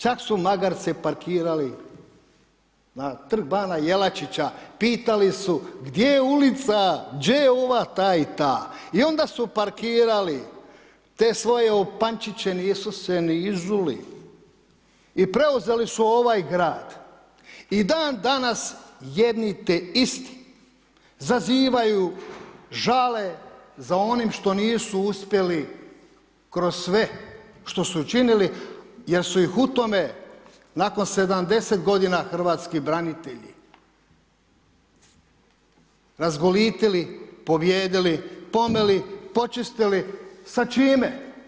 Čak su magarce parkirali na Trg bana Jelačića, pitali su gdje je ulica, đe je ova ta i ta i onda su parkirali te svoje opančiće, nisu se ni izuli i preuzeli su ovaj grad i dan danas jedni te isti zazivaju, žale za onim što nisu uspjeli kroz sve što su činili jer su ih u tome nakon 70 godina hrvatski branitelji razgolitili, pobijedili, pomeli, počistili, sa čime?